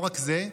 לא רק זה.